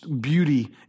beauty